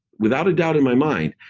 without a doubt in my mind,